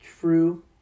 true